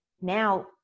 now